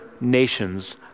nations